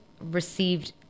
received